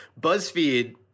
BuzzFeed